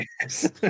Yes